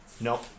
No